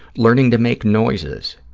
learning to make noises.